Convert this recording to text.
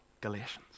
Galatians